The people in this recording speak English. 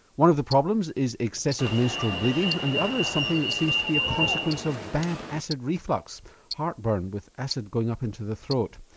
one of the problems is excessive menstrual bleeding and the other is something which seems to be a consequence of bad acid reflux heartburn with acid going up into the throat.